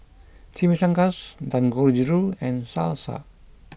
Chimichangas Dangojiru and Salsa